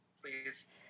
please